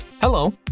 Hello